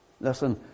listen